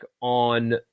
on